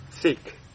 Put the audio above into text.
Seek